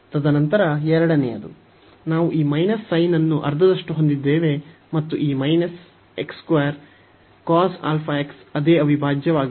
ತದನಂತರ ಎರಡನೆಯದು ನಾವು ಈ sin ಅರ್ಧದಷ್ಟು ಹೊಂದಿದ್ದೇವೆ ಮತ್ತು ಈ ಅದೇ ಅವಿಭಾಜ್ಯವಾಗಿದೆ